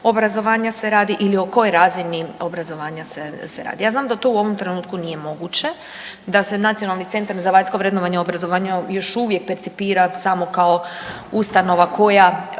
obrazovanja se radi ili o kojoj razini obrazovanja se radi. Ja znam da to u ovom trenutku nije moguće da se Nacionalni centar za vanjsko vrednovanje obrazovanja još percipira samo kao ustanova koja